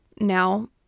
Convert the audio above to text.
now